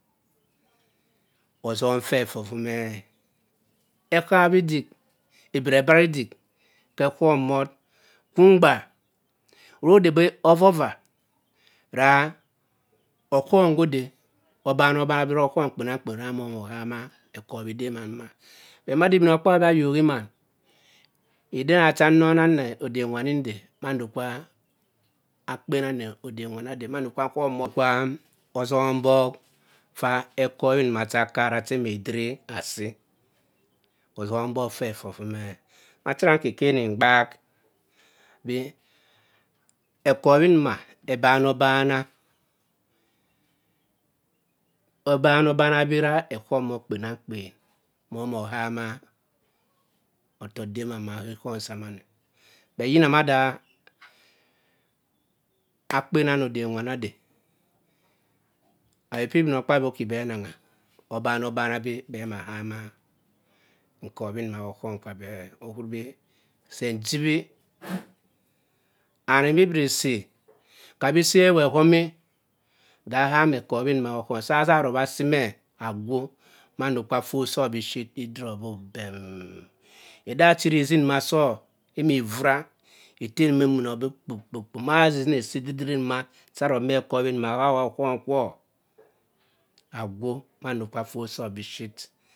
Osom ffe fe vu me-e, ehabbi idik, ebiri e-batt idik ke ekhommott mgba ra odebi ovva ovaa ra okhom go ode obama obana bi okhom kpenamkpen ra moh omor ohama ekobi dema nduma, but mada ibinokpabi ayoki maam, eden da cha nnona nni odem wami nde, mando kwa akpen ami odem wami ade, mando kwa nkhommott kwa ozom bok ffe ekobi nduma cha okara cha eme adiri asi osom-bbok phe vum-e ekobi nduma ebom obama bi ta ekhommott kpenamkpem moh omor ohama offohk dema nva ka ikhom sa manan =e. bat yina mada akpem ami odem wami ade ayok pi ib-mokpaabyi oki bhe onamga obama obama bi bhe ama nkobi nna ka akmom kwa abhe-e okhuribi se njibi ph- and imi ibiri isi kabi sa ewu ehom daa'aham ekobi nduma kor okhum sa aza aroba asi m-e agwoh mando kwa phott so biphir idiro bi bem, edem nda cha irra izi nnuma so imi ivara, etem nduma emunor bi kpoom kpuk kpuk mada asisini esi didiri nduma cha arup me ekobi nduma ka ker ka okhom kwor agwoh mando kwa phott so biphir.